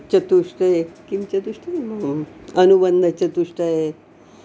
चतुष्टये किं चतुष्टयम् अनुबन्धचतुष्टये